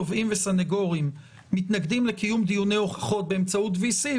תובעים וסנגורים מתנגדים לקיום דיוני הוכחות באמצעות VC,